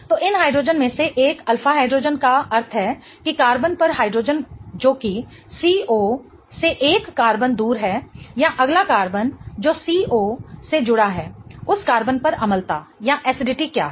तो इन हाइड्रोजेन में से एक अल्फा हाइड्रोजन का अर्थ है कि कार्बन पर हाइड्रोजन जो कि C O से एक कार्बन दूर है या अगला कार्बन जो C O से जुड़ा है उस कार्बन पर अम्लता क्या है